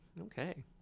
Okay